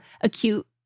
acute